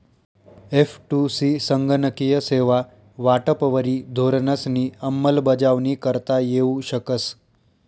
एफ.टु.सी संगणकीय सेवा वाटपवरी धोरणंसनी अंमलबजावणी करता येऊ शकस